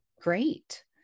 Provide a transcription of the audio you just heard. great